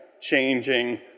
changing